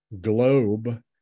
globe